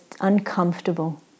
uncomfortable